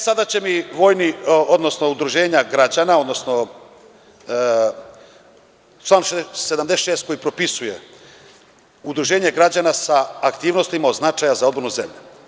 Sada će mi vojni, odnosno udruženje građana, odnosno član 76. koji propisuje udruženje građana sa aktivnostima od značaja za odbranu zemlje.